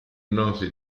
noti